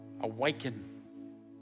awaken